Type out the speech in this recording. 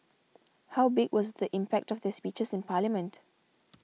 how big was the impact of their speeches in parliament